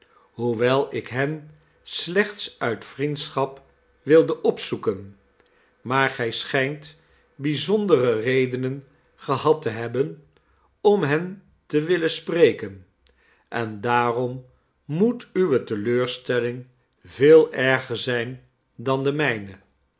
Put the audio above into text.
hoewel ik hen slechts uit vriendschap wilde opzoeken maar gij schijnt bijzondere redenen gehad te hebben om hen te willen spreken en daarom moet uwe teleurstelling veel erger zijn dan de mijne